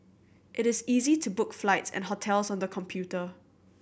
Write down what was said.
it is easy to book flights and hotels on the computer